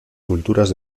culturas